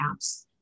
apps